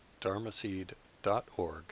dharmaseed.org